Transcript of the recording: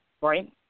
Right